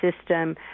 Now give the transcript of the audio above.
system